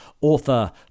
author